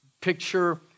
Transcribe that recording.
picture